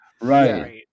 Right